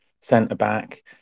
centre-back